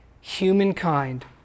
humankind